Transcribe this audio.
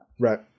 Right